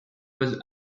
was